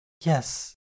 yes